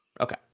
okay